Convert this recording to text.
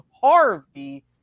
Harvey